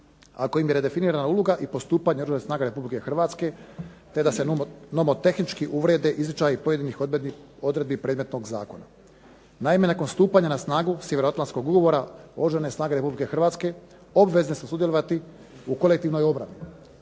ako im je redefinirana uloga i postupanje Oružanih snaga Republike Hrvatske te da se nomotehnički urede izričaji pojedinih odredbi predmetnog zakona. Naime, nakon stupanja na snagu Sjevernoatlantskog ugovora Oružane snage Republike Hrvatske obvezne su sudjelovati u kolektivnoj obrani.